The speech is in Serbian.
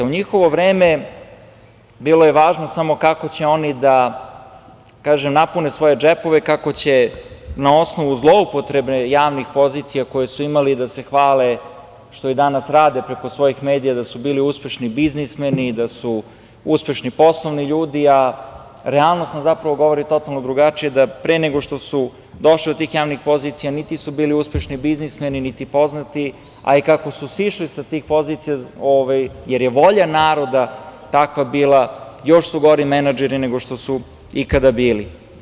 U njihovo vreme, bilo je važno samo kako će oni da napune svoje džepove, kako će na osnovu zloupotrebe javnih pozicija koje su imali da se hvale što i danas rade preko svojih medija da su bili uspešni biznismeni, da su uspešni poslovni ljudi, a realnost nam govori totalno drugačije, da pre nego što su došli do tih javnih pozicija niti su bili uspešni biznismeni, niti poznati, a i kako su sišli sa tih pozicija, jer je volja naroda takva bila, još su gori menadžeri nego što su ikada bili.